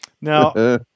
Now